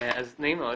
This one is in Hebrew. נעים מאוד,